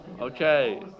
Okay